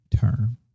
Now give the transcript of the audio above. term